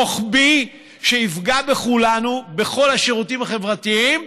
רוחבי, שיפגע בכולנו, בכל השירותים החברתיים?